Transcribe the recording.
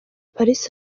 paris